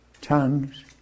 tongues